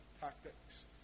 tactics